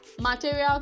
material